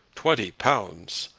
twenty pounds!